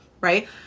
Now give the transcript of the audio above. right